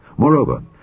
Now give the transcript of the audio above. Moreover